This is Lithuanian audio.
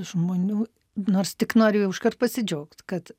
žmonių nors tik noriu jau iškart pasidžiaugt kad